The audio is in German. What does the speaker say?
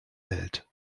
hält